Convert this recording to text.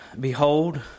Behold